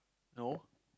no